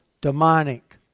demonic